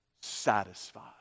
satisfied